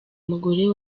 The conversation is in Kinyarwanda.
mugore